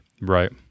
Right